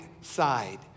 side